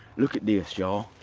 look at this ya'll.